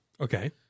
Okay